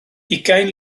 ugain